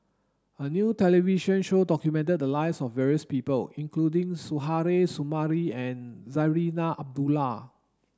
a new television show documented the lives of various people including Suzairhe Sumari and Zarinah Abdullah